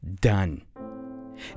done